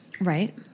Right